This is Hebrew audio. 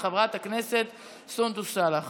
של חברת הכנסת סונדוס סאלח.